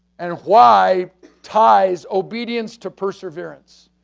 and why ties obedience to perseverance.